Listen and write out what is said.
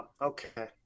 okay